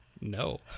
no